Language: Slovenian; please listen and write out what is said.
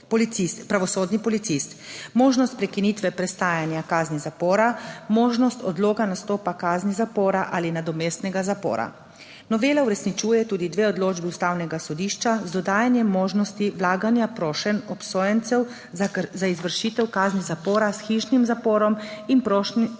pravosodni policist, možnost prekinitve prestajanja kazni zapora, možnost odloga nastopa kazni zapora ali nadomestnega zapora. Novela uresničuje tudi dve odločbi Ustavnega sodišča z dodajanjem možnosti vlaganja prošenj obsojencev za izvršitev kazni zapora s hišnim zaporom in prošenj